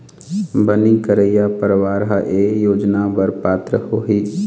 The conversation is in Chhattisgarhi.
बनी करइया परवार ह ए योजना बर पात्र होही